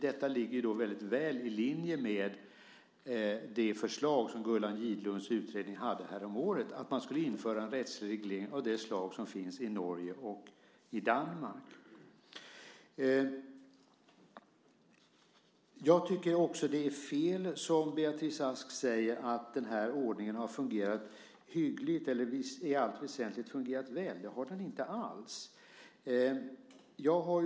Detta ligger, som sagt, väldigt väl i linje med det förslag som Gullan Gidlunds utredning hade häromåret, alltså att man skulle införa en rättslig reglering av det slag som finns i Norge och Danmark. Jag tycker också att det är fel att, som Beatrice Ask säger, den här ordningen i allt väsentligt fungerat väl. Det har den inte alls gjort!